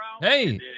Hey